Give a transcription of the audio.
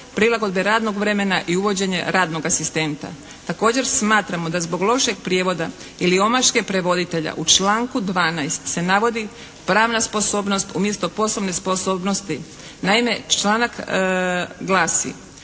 Prilagodbe radnog vremena i uvođenje radnog asistenta. Također smatramo da zbog lošeg prijevoda ili omaške prevoditelja u članku 12. se navodi pravna sposobnost umjesto poslovne sposobnosti. Naime članak glasi: